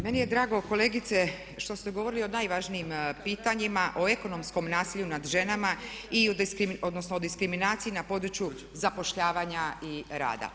Meni je drago kolegice što ste govorili o najvažnijim pitanjima, o ekonomskom nasilju nad ženama i, odnosno diskriminaciji na području zapošljavanja i rada.